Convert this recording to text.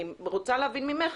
אני רוצה להבין ממך,